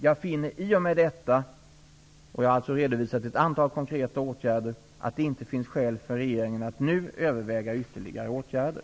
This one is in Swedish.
Jag finner i och med detta -- och jag har redovisat ett antal konkreta åtgärder -- att det inte finns skäl för regeringen att i nuläget överväga ytterligare åtgärder.